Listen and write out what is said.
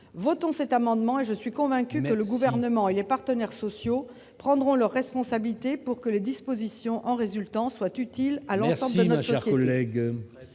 votants cet amendement et je suis convaincu que le gouvernement il est partenaires sociaux prendront leurs responsabilités pour que les dispositions en résultant soit utile à l'. Car collègues